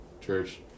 church